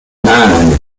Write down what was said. nine